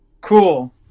cool